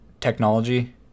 technology